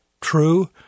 true